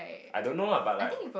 I don't know lah but like